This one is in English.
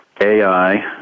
AI